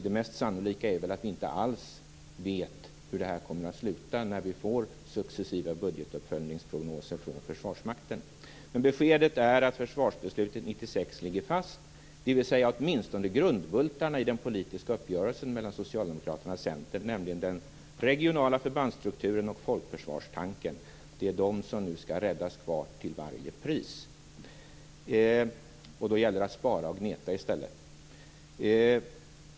Det mest sannolika är väl att vi inte alls vet hur det här kommer att sluta när vi får successiva budgetuppföljningsprognoser från Försvarsmakten. Beskedet är att försvarsbeslutet från 1996 ligger fast, dvs. åtminstone grundbultarna i den politiska uppgörelsen mellan Socialdemokraterna och Centern, nämligen den regionala förbandsstrukturen och folkförsvarstanken. Det är de som nu skall räddas kvar till varje pris. Då gäller det att i stället spara och gneta.